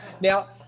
now